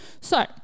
So-